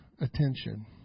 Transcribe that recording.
attention